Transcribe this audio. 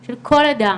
של כל אדם.